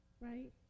Right